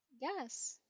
Yes